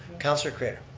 councilor craitor.